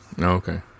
okay